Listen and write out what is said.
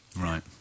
Right